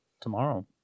tomorrow